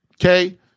Okay